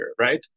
right